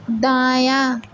دایاں